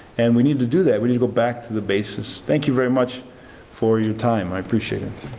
and we need to do that. we need to go back to the basics. thank you very much for your time, i appreciate it.